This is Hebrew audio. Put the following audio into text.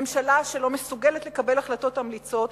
ממשלה שלא מסוגלת לקבל החלטות אמיצות,